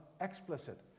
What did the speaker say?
explicit